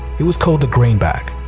it was called the greenback.